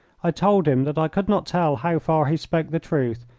i told him that i could not tell how far he spoke the truth,